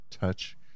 Touch